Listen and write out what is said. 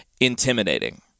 intimidating